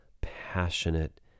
passionate